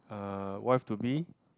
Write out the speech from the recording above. uh wife to be